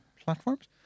platforms